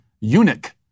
eunuch